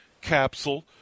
capsule